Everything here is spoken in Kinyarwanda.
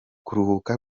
kuruhuka